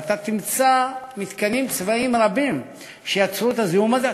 אבל אתה תמצא מתקנים צבאיים רבים שיצרו את הזיהום הזה.